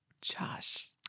Josh